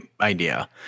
idea